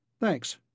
Thanks